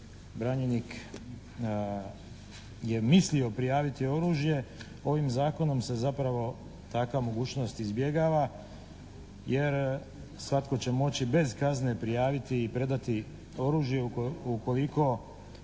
branjenik je mislio prijaviti oružje. Ovim zakonom se zapravo takva mogućnost izbjegava, jer svatko će moći bez kazne prijaviti i predati oružje ukoliko